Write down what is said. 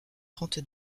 trente